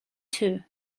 two